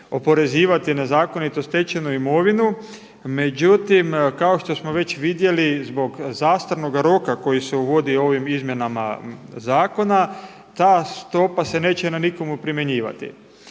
oporezivati nezakonito stečenu imovinu, međutim kao što smo već vidjeli zbog zastarnoga roka koji se uvodi ovim izmjenama zakona ta stopa se neće na nikomu primjenjivati.